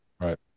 Right